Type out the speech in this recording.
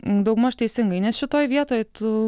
daugmaž teisingai nes šitoj vietoj tu